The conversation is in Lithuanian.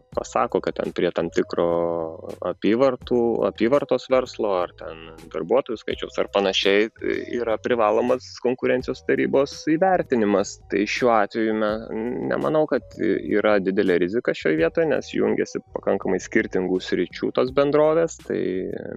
pasako kad ten prie tam tikro apyvartų apyvartos verslo ar ten darbuotojų skaičiaus ar panašiai yra privalomas konkurencijos tarybos įvertinimas tai šiuo atveju na nemanau kad yra didelė rizika šioj vietoj nes jungiasi pakankamai skirtingų sričių tos bendrovės tai